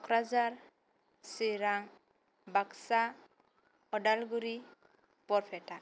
Kokrajhar Chirang Baksa Udalguri Barpeta